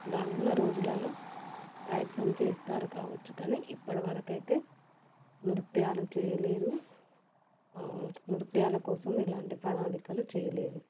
రానున్న రోజులలో ప్రయత్నం చేస్తారు కావచ్చు కానీ ఇప్పటివరకైతే నృత్యాలు చెయ్యలేదు నృత్యాల కోసం ఇలాంటి ప్రణాళికలు చెయ్యలేదు